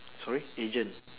sorry agent